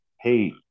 hey